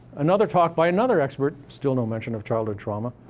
another talk by another expert, still no mention of childhood trauma.